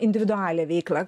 individualią veiklą